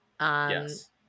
Yes